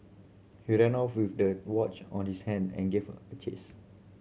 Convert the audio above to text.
he ran off with the watch on his hand and gave a chase